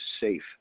safe